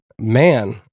man